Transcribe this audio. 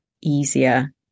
easier